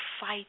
fight